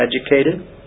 educated